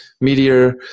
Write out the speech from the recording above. Meteor